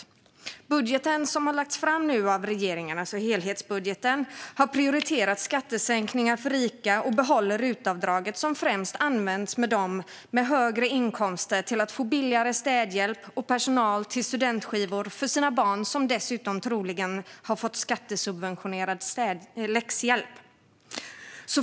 I den helhetsbudget som nu har lagts fram av regeringen prioriteras skattesänkningar för rika och behålls RUT-avdraget, som främst används av människor med högre inkomster som vill få billigare städhjälp och personal till studentskivor för sina barn, som dessutom troligen har fått skattesubventionerad läxhjälp.